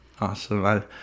Awesome